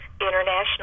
International